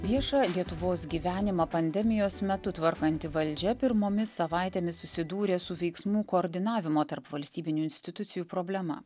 viešą lietuvos gyvenimą pandemijos metu tvarkanti valdžia pirmomis savaitėmis susidūrė su veiksmų koordinavimo tarp valstybinių institucijų problema